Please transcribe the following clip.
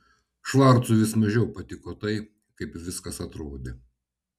švarcui vis mažiau patiko tai kaip viskas atrodė